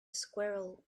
squirrel